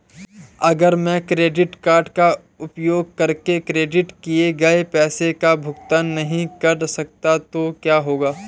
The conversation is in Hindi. अगर मैं क्रेडिट कार्ड का उपयोग करके क्रेडिट किए गए पैसे का भुगतान नहीं कर सकता तो क्या होगा?